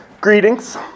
Greetings